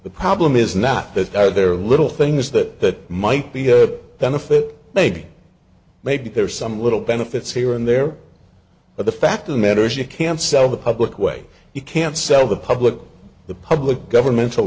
the problem is not that there are little things that might be a benefit maybe maybe there are some little benefits here and there but the fact of the matter is you can't sell the public way you can't sell the public the public governmental